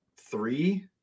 three